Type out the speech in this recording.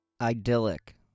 Idyllic